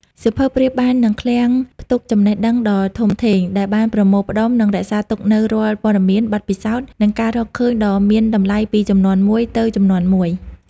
សៀវភៅប្រៀបបាននឹង ឃ្លាំងផ្ទុកចំណេះដឹងដ៏ធំធេង ដែលបានប្រមូលផ្តុំ និងរក្សាទុកនូវរាល់ព័ត៌មាន បទពិសោធន៍ និងការរកឃើញដ៏មានតម្លៃពីជំនាន់មួយទៅជំនាន់មួយ។